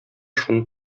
шуны